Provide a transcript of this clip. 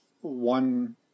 one